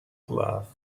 glove